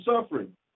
suffering